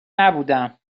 نبودم